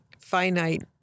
finite